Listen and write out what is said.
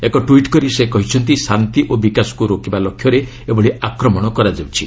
ଏକ ଟ୍ୱିଟ୍ କରି ସେ କହିଛନ୍ତି ଶାନ୍ତି ଓ ବିକାଶକୁ ରୋକିବା ଲକ୍ଷ୍ୟରେ ଏଭଳି ଆକ୍ରମଣ କରାଯାଉଛି